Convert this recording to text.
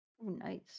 Nice